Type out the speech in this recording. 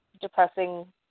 depressing